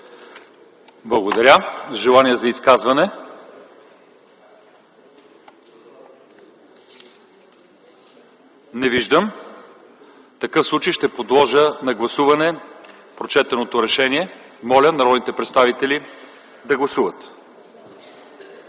Благодаря. Желания за изказване? Не виждам. В такъв случай ще подложа на гласуване прочетения проект за решение. Моля народните представители да гласуват.